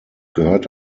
gehört